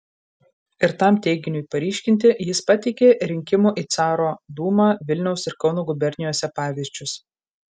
ir tam teiginiui paryškinti jis pateikė rinkimų į caro dūmą vilniaus ir kauno gubernijose pavyzdžius